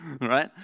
right